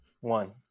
One